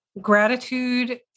gratitude